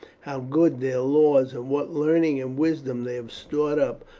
how good their laws, and what learning and wisdom they have stored up,